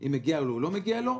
אם מגיע לו או לא מגיע לו,